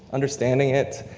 understanding it,